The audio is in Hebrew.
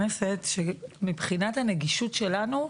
מבחינת הנגישות שלנו,